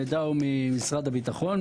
המידע הוא ממשרד הביטחון,